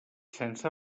sense